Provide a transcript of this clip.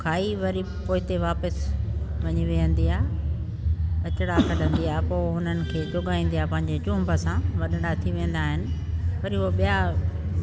पोइ खाई वरी पोइते वापसि वञी विहंदी आहे ॿचिड़ा कढंदी आहे पोइ उन्हनि खे चुगाईंदी आहे पंहिंजी चुंभ सां वॾिड़ा थी वेंदा आहिनि वरी पोइ ॿिया